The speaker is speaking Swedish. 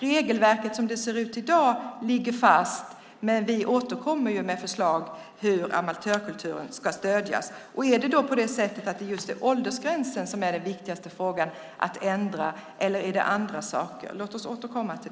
Regelverket som det ser ut i dag ligger fast, men vi återkommer med förslag om hur amatörkulturen ska stödjas. Om det då är just åldersgränsen som är det viktigaste att ändra eller om det är andra saker som är viktiga får vi återkomma till.